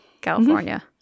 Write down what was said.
California